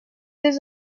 deux